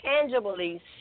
tangibly